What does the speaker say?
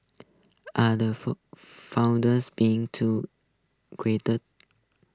are the founders being too greater